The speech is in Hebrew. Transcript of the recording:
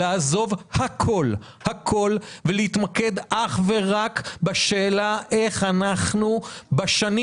לעזוב הכול ולהתמקד אך ורק בשאלה איך אנחנו בשנים